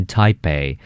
Taipei